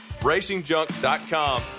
racingjunk.com